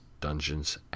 Dungeons &